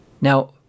Now